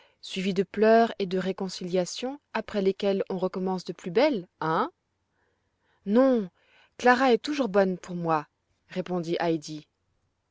suivies de pleurs et de réconciliations après lesquelles on recommence de plus belle hein non clara est toujours bonne pour moi répondit heidi